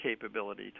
capability